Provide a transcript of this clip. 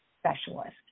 specialist